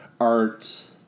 art